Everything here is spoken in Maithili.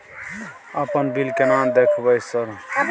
अपन बिल केना देखबय सर?